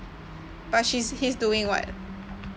but she's he's doing what